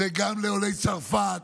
זה גם לעולי צרפת,